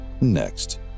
Next